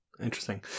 Interesting